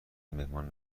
مهمان